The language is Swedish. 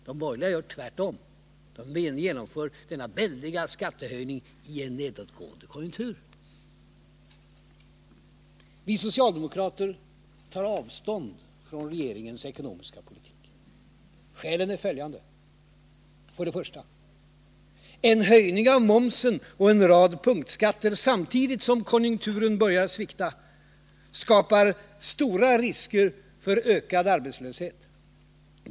De borgerliga gör tvärtom, de genomför denna väldiga skattehöjning i en nedåtgående konjunktur. Vi socialdemokrater tar avstånd från regeringens ekonomiska politik. Skälen är följande: För det första: En höjning av momsen och en rad punktskatter samtidigt som konjunkturen börjar svikta skapar stora risker för ökad arbetslöshet.